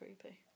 creepy